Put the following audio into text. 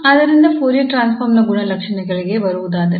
ಆದ್ದರಿಂದ Fourier transform ನ ಗುಣಲಕ್ಷಣಗಳಿಗೆ ಬರುವುದಾದರೆ